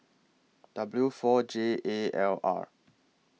W four J A L R